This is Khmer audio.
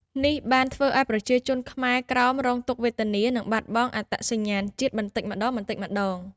នេះបានធ្វើឱ្យប្រជាជនខ្មែរក្រោមរងទុក្ខវេទនា និងបាត់បង់អត្តសញ្ញាណជាតិបន្តិចម្ដងៗ។